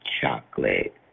chocolate